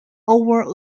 over